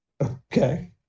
okay